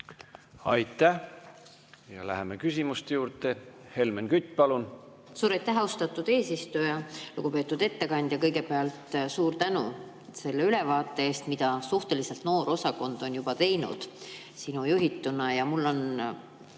Aitäh! Läheme küsimuste juurde. Helmen Kütt, palun!